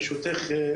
ברשותך,